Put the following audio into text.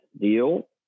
deal